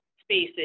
spaces